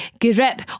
grip